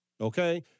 Okay